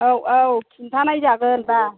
औ औ खिन्थानाय जागोन दा